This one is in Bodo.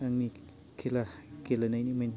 आंनि खेला गेलेनायनि मेन